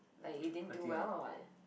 like you didn't do well or [what]